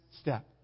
step